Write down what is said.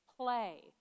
play